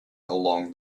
along